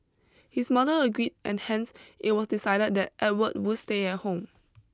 his mother agreed and hence it was decided that Edward would stay at home